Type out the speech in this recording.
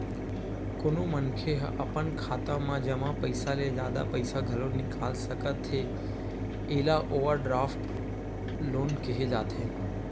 कोनो मनखे ह अपन खाता म जमा पइसा ले जादा पइसा घलो निकाल सकथे एला ओवरड्राफ्ट लोन केहे जाथे